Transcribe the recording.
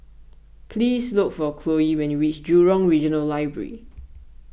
please look for Cloe when you reach Jurong Regional Library